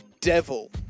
devil